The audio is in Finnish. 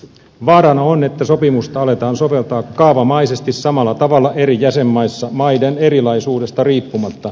vaarana on että sopimusta aletaan soveltaa kaavamaisesti samalla tavalla eri jäsenmaissa maiden erilaisuudesta riippumatta